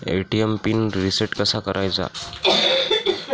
ATM PIN reset कसा करायचा?